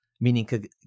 Meaning